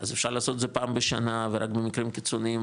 אז אפשר לעשות את זה פעם בשנה ורק במקרים קיצוניים,